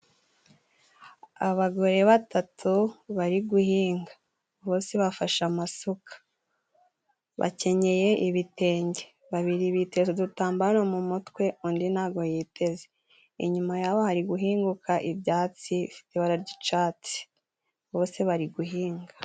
Abagore batatu bari guhinga bose bafashe amasuka, bakenyeye ibitenge babiri biteza udutambaro mu mutwe undi ntabwo yiteze, inyuma yabo hari guhinguka ibyatsi bifite ibara ry'icatsi, bose bari guhinga.